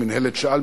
מינהלת שא"ל,